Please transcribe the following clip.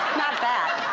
not that.